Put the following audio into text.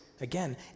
again